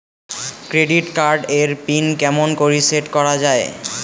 Credit card এর PIN কেমন করি সেট করা য়ায়?